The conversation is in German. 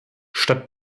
statt